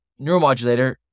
neuromodulator